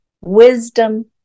wisdom